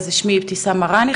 שמי אבתיסאם מראענה,